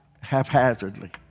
haphazardly